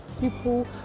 People